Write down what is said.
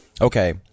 okay